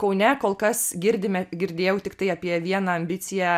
kaune kol kas girdime girdėjau tiktai apie vieną ambiciją